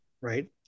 right